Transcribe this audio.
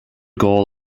goal